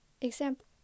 example